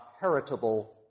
heritable